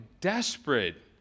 desperate